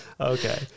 Okay